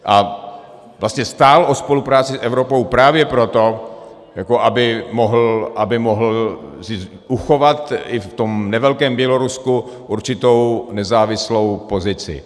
A vlastně stál o spolupráci s Evropou právě proto, aby mohl si uchovat i v tom nevelkém Bělorusku určitou nezávislou pozici.